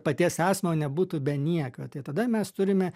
paties esamo nebūtų be nieko tai tada mes turime